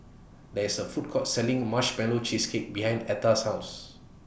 There IS A Food Court Selling Marshmallow Cheesecake behind Etta's House